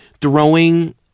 throwing